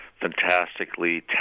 fantastically